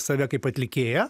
save kaip atlikėją